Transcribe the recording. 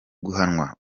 guhanwa